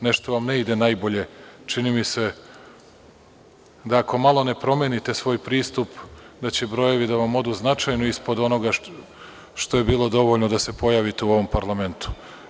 Nešto vam ne ide najbolje, čini mi se da ako malo ne promenite svoj pristup da će brojevi da vam odu značajno ispod onoga što je bilo dovoljno da se pojavite u ovom parlamentu.